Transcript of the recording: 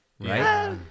Right